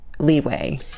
leeway